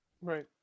Right